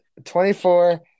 24